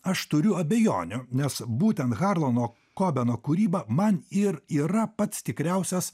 aš turiu abejonių nes būtent harlano kobeno kūryba man ir yra pats tikriausias